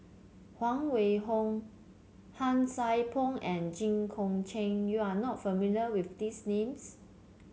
Huang Wenhong Han Sai Por and Jit Koon Ch'ng you are not familiar with these names